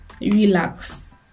relax